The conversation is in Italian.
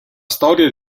storia